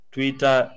Twitter